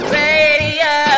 radio